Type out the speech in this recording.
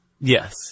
Yes